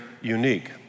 unique